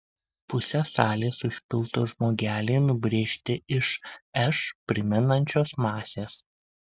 pusę salės užpildo žmogeliai nubrėžti iš š primenančios masės